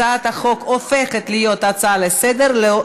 הצעת החוק הופכת להיות הצעה לסדר-היום